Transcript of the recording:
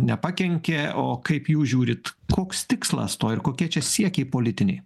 nepakenkė o kaip jūs žiūrit koks tikslas to ir kokie čia siekiai politiniai